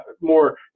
more